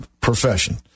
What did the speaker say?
profession